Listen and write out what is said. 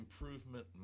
improvement